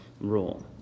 rule